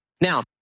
Now